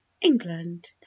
England